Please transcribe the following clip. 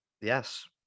Yes